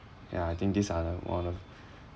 ya I think this are the one of